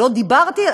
לא דיברתי.